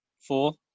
Four